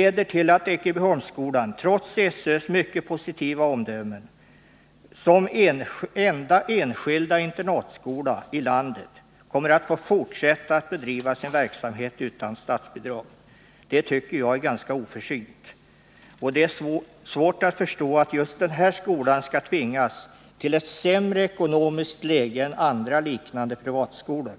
alltså fortfarande, trots SÖ:s positiva omdöme, att som enda enskilda internatskola i landet få bedriva sin verksamhet utan statsbidrag. Det tycker jag är ganska oförsynt. Det är svårt att förstå att just denna skola skall tvingas till ett sämre ekonomiskt läge än andra liknande privatskolor.